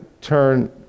turn